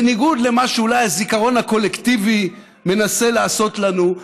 בניגוד למה שאולי הזיכרון הקולקטיבי מנסה לעשות לנו,